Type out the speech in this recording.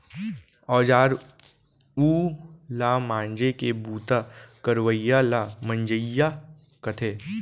औजार उव ल मांजे के बूता करवइया ल मंजइया कथें